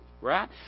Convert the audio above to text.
right